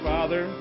Father